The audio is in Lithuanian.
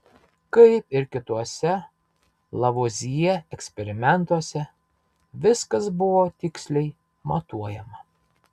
kaip ir kituose lavuazjė eksperimentuose viskas buvo tiksliai matuojama